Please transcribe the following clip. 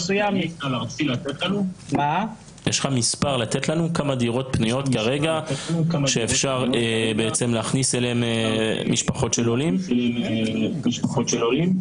כמה דירות פנויות כרגע שאפשר בעצם להכניס אליהם משפחות של עולים?